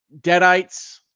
Deadites